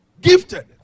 Gifted